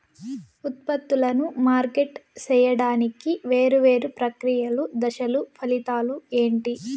ఉత్పత్తులను మార్కెట్ సేయడానికి వేరువేరు ప్రక్రియలు దశలు ఫలితాలు ఏంటి?